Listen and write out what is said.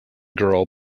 girl